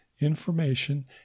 information